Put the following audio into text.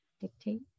dictate